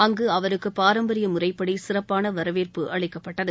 அங்கு அவருக்கு பாரம்பரிய முறைப்படி சிறப்பான வரவேற்பு அளிக்கப்பட்டது